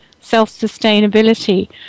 self-sustainability